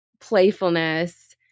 playfulness